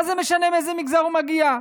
מה זה משנה מאיזה מגזר הוא מגיע?